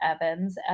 Evans